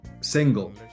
single